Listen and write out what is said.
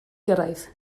gyrraedd